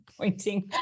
pointing